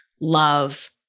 love